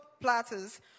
platters